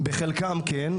בחלקם כן.